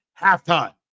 halftime